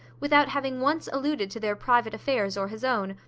without having once alluded to their private affairs or his own,